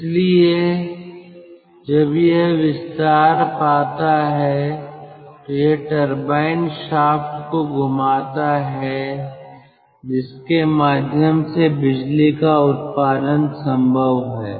इसलिए जब यह विस्तार पाता है तो यह टरबाइन शाफ्ट को घुमाता है जिसके माध्यम से बिजली का उत्पादन संभव है